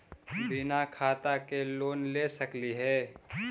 बिना खाता के लोन ले सकली हे?